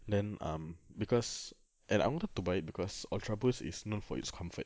then um because and I wanted to buy it because ultraboost is known for its comfort